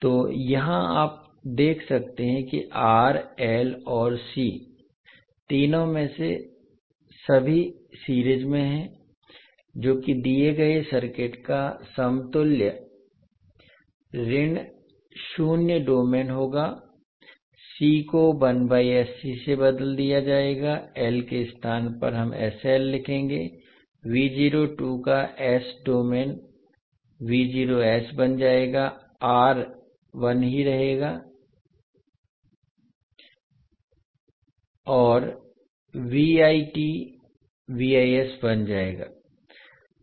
तो यहाँ आप देख सकते हैं कि R L और C तीनों में से सभी सीरीज में हैं जो कि दिए गए सर्किट का समतुल्य ऋण शून्य डोमेन होगा C को से बदल दिया जाएगा और L के स्थान पर हम लिखेंगे का s डोमेन बन जाएगा R एक ही रहेगा और बन जाएगा